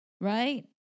right